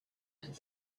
and